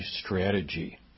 strategy